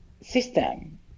system